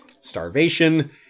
starvation